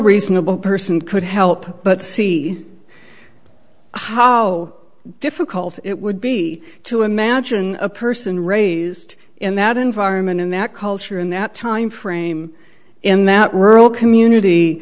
reasonable person could help but see how difficult it would be to imagine a person raised in that environment in that culture in that time frame in that rural community